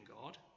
God